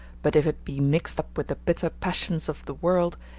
but if it be mixed up with the bitter passions of the world,